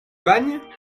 bagne